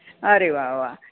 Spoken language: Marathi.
अरे वा वा